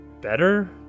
better